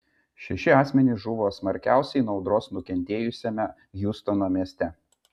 šeši asmenys žuvo smarkiausiai nuo audros nukentėjusiame hjustono mieste